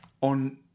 on